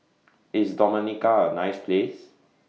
IS Dominica A nice Place